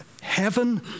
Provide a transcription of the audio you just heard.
heaven